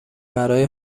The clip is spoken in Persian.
برای